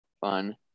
fun